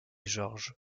georges